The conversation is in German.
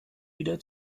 wieder